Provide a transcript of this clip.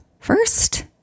First